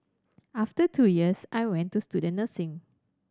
after two years I went to student nursing